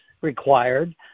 required